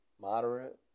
moderate